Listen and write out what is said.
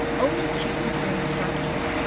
always check with your instructor.